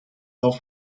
off